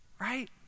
Right